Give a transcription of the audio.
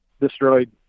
destroyed